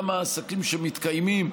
גם העסקים שמתקיימים,